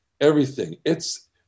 Everything—it's